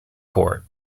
court